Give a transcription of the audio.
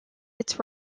its